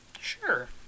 Sure